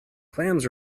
clams